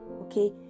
okay